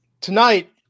Tonight